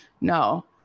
No